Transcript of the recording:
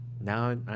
Now